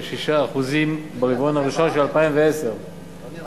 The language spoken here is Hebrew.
6% ברבעון הראשון של 2010. לא נראה לי.